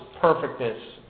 perfectness